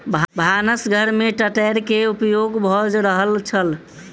भानस घर में तेतैर के उपयोग भ रहल छल